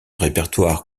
répertoire